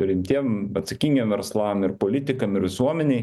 rimtiem atsakingiem verslam ir politikam ir visuomenei